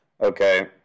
Okay